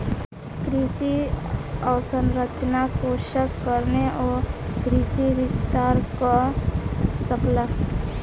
कृषि अवसंरचना कोषक कारणेँ ओ कृषि विस्तार कअ सकला